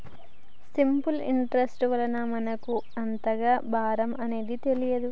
simple interest వలన మనకు అంతగా భారం అనేది తెలియదు